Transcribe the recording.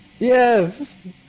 Yes